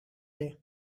day